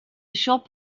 shop